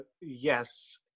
yes